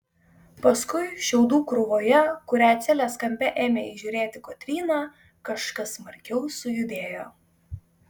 paskui šiaudų krūvoje kurią celės kampe ėmė įžiūrėti kotryna kažkas smarkiau sujudėjo